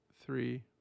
three